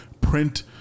print